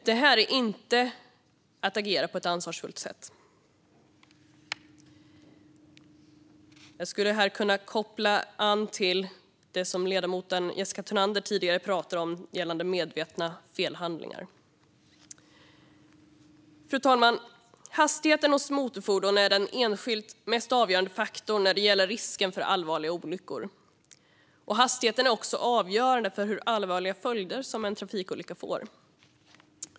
Det här är inte att agera på ett ansvarsfullt sätt. Jag skulle här kunna koppla an till det som ledamoten Jessica Thunander tidigare pratade om gällande medvetna felhandlingar. Fru talman! Hastigheten hos motorfordon är den enskilt mest avgörande faktorn när det gäller risken för allvarliga olyckor. Hastigheten är också avgörande för hur allvarliga följder en trafikolycka får.